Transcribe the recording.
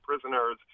prisoners